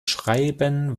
schreiben